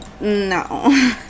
no